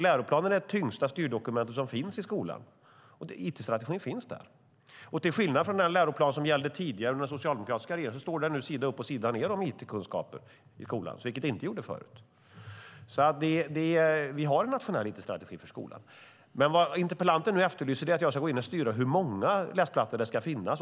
Läroplanen är det tyngsta styrdokumentet som finns i skolan, och it-strategin finns där. Till skillnad från den läroplan som gällde tidigare under den socialdemokratiska regeringen står det nu sida upp och sida ned om it-kunskap i skolan. Det gjorde det inte förut. Vi har alltså en nationell it-strategi för skolan. Men vad interpellanten nu efterlyser är att jag ska gå in och styra hur många läsplattor som ska finnas.